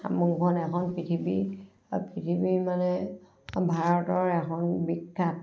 হাবুঙখন এখন পৃথিৱী পৃথিৱীৰ মানে ভাৰতৰ এখন বিখ্যাত